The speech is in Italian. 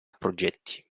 progetti